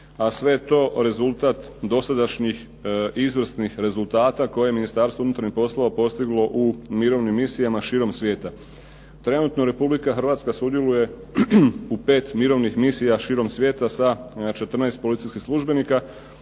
a sve je to rezultat dosadašnjih izvrsnih rezultata koje je Ministarstvo unutarnjih poslova postiglo u mirovnim misijama širom svijeta. Trenutno Republika Hrvatska sudjeluje u pet mirovnih misija širom svijeta sa 14 policijskih službenika.